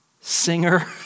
singer